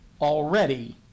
already